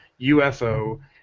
UFO